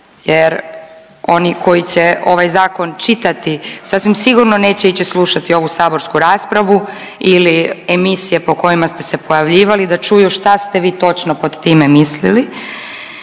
jer oni koji će ovaj zakon čitati sasvim sigurno neće ići slušati ovu saborsku raspravu ili emisije po kojima ste se pojavljivali da čuju šta ste vi točno pod time mislili